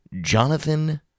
Jonathan